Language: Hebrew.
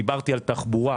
דיברתי על תחבורה,